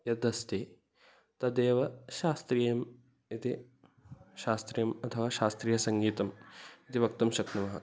यदस्ति तदेव शास्त्रीयम् इति शास्त्रीयम् अथवा शास्त्रीयसङ्गीतम् इति वक्तुं शक्नुमः